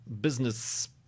business